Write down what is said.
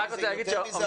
יש יותר מזה.